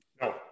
No